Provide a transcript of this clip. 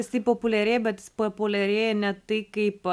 jisai populiarėja bet jis populiarėja ne tai kaip